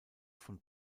von